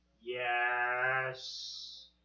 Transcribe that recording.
Yes